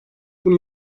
bunu